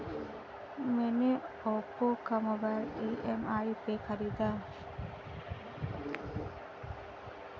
मैने ओप्पो का mobile EMI पे खरीदा है